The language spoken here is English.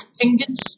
fingers